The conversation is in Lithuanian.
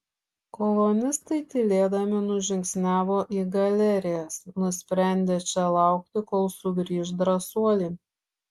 kolonistai tylėdami nužingsniavo į galerijas nusprendę čia laukti kol sugrįš drąsuoliai